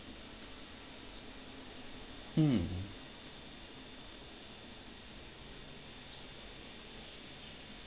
mm